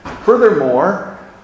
Furthermore